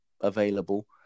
available